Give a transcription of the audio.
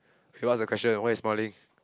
okay what's the question why you smiling